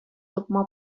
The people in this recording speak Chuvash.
тупма